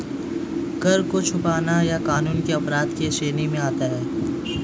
कर को छुपाना यह कानून के अपराध के श्रेणी में आता है